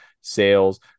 sales